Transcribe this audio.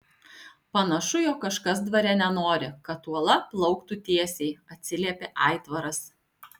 panašu jog kažkas dvare nenori kad uola plauktų tiesiai atsiliepė aitvaras